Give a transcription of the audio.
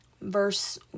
Verse